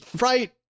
right